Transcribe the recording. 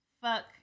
fuck